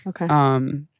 Okay